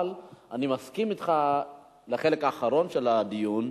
אבל אני מסכים אתך בחלק האחרון של הדיון,